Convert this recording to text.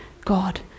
God